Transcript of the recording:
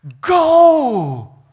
Go